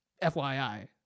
FYI